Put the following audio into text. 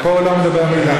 פה הוא לא מדבר מילה.